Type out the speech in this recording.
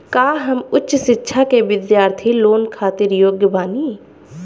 का हम उच्च शिक्षा के बिद्यार्थी लोन खातिर योग्य बानी?